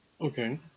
Okay